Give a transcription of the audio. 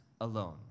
alone